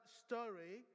story